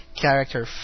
character